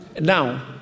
Now